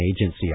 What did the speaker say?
agency